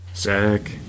Zach